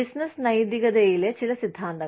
business നൈതികതയിലെ ചില സിദ്ധാന്തങ്ങൾ